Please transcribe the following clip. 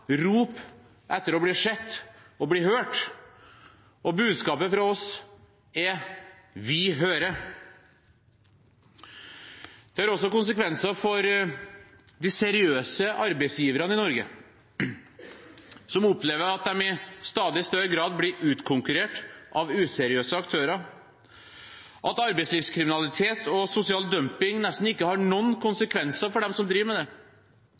rop etter å bli sett og hørt, og budskapet fra oss er: Vi hører. Det har også konsekvenser for de seriøse arbeidsgiverne i Norge, som opplever at de i stadig større grad blir utkonkurrert av useriøse aktører, at arbeidslivskriminalitet og sosial dumping nesten ikke har noen konsekvenser for dem som driver med det,